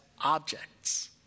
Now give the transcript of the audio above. objects